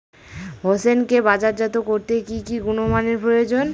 হোসেনকে বাজারজাত করতে কি কি গুণমানের প্রয়োজন?